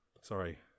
sorry